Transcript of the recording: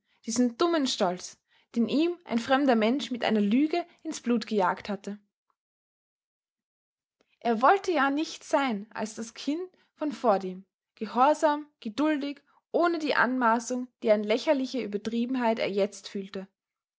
diesen dummen stolz den ihm ein fremder mensch mit einer lüge ins blut gejagt hatte er wollte ja nichts sein als das kind von vordem gehorsam geduldig ohne die anmaßung deren lächerliche übertriebenheit er jetzt fühlte